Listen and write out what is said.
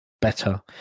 better